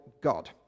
God